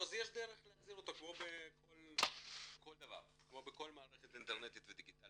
אז יש דרך להחזיר כמו בכל מערכת אינטרנטית ודיגיטלית.